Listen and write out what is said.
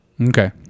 Okay